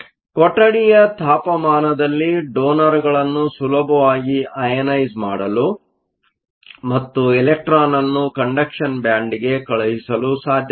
ಆದ್ದರಿಂದ ಕೊಠಡಿಯ ತಾಪಮಾನದಲ್ಲಿ ಡೋನರ್ಗಳನ್ನು ಸುಲಭವಾಗಿ ಅಯನೈಸ಼್ ಮಾಡಲು ಮತ್ತು ಎಲೆಕ್ಟ್ರಾನ್ ಅನ್ನು ಕಂಡಕ್ಷನ್ ಬ್ಯಾಂಡ್ಗೆ ಕಳುಹಿಸಲು ಸಾಧ್ಯವಿದೆ